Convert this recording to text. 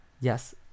yes